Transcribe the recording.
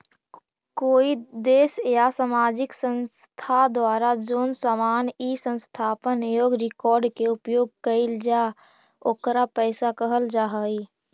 कोई देश या सामाजिक संस्था द्वारा जोन सामान इ सत्यापन योग्य रिकॉर्ड के उपयोग कईल जा ओकरा पईसा कहल जा हई